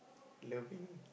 loving